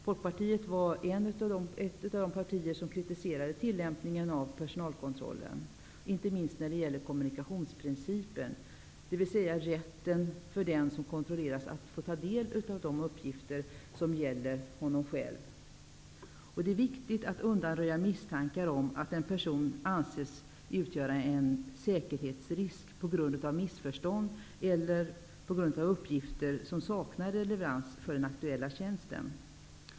Folkpartiet var ett av de partier som kritiserade det sätt som personalkontrollen fungerar på -- inte minst gäller det kommunikationsprincipen, dvs. rätten för den som kontrolleras att få ta del av de uppgifter som gäller honom själv. Det är viktigt att undanröja sådana misstankar om att en person utgör en säkerhetsrisk som bottnar i ett missförstånd eller som grundas på uppgifter som saknar relevans för den aktuella tjänsten.